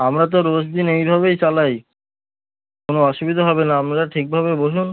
আমরা তো রোজ দিন এইভাবেই চালাই কোনও অসুবিধা হবে না আপনারা ঠিকভাবে বসুন